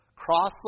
cross